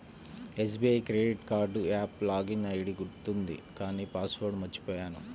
SBI credit card app login ID గుర్తుంది కానీ password మర్చిపొయ్యాను